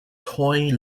toy